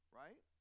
right